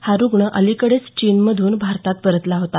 हा रुग्ण अलिकडेच चीनमधून भारतात परतला होता